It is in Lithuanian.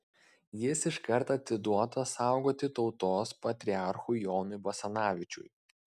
jis iškart atiduotas saugoti tautos patriarchui jonui basanavičiui